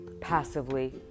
passively